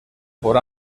por